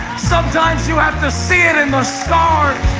sometimes you have to see it in the scars.